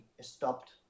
stopped